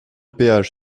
péage